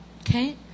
okay